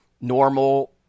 normal